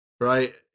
right